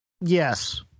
Yes